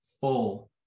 full